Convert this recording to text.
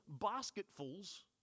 basketfuls